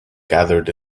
gathered